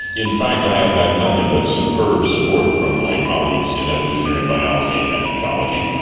in fact i have had nothing but superb support from my colleagues in evolutionary biology and ecology,